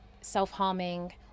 self-harming